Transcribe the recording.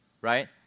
right